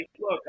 look